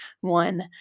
one